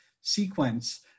sequence